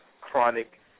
chronic